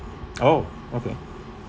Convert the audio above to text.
oh okay